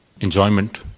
enjoyment